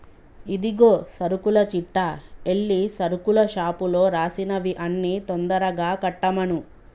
ఇదిగో సరుకుల చిట్టా ఎల్లి సరుకుల షాపులో రాసినవి అన్ని తొందరగా కట్టమను